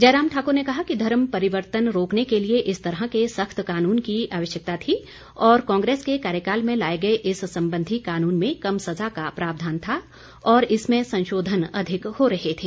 जयराम ठाकुर ने कहा कि धर्म परिवर्तन रोकने के लिए इस तरह के सख्त कानून की आवश्यकता थी और कांग्रेस के कार्यकाल में लाए गए इस संबंधी कानून में कम सजा का प्रावधान था और इसमें संशोधन अधिक हो रहे थे